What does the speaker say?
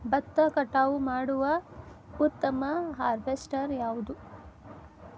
ಭತ್ತ ಕಟಾವು ಮಾಡುವ ಉತ್ತಮ ಹಾರ್ವೇಸ್ಟರ್ ಯಾವುದು?